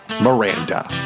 Miranda